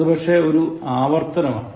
അത് പക്ഷേ ഒരു ആവർത്തനമാണ്